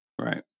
right